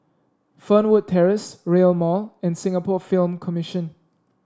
Fernwood Terrace Rail Mall and Singapore Film Commission